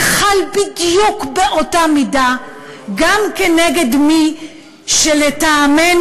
זה חל בדיוק באותה מידה גם כנגד מי שלטעמנו